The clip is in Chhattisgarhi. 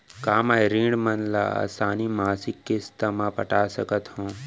का मैं ऋण मन ल आसान मासिक किस्ती म पटा सकत हो?